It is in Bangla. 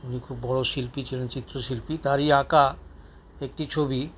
উনি খুব বড়ো শিল্পী ছিলেন চিত্রশিল্পী তারই আঁকা একটি ছবি